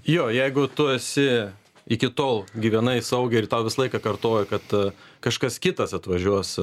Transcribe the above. jo jeigu tu esi iki tol gyvenai saugiai ir tau visą laiką kartoja kad kažkas kitas atvažiuos